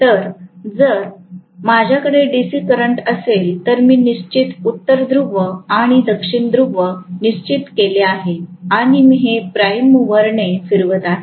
तर जर माझ्याकडे डीसी करंट असेल तर मी निश्चित उत्तर ध्रुव आणि दक्षिण ध्रुव निश्चित केले आहे आणि मी हे प्राइम मूवरने फिरवित आहे